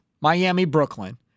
Miami-Brooklyn